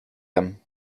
them